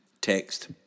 text